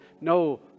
no